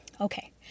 Okay